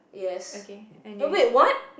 okay I knew is